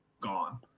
gone